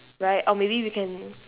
right or maybe we can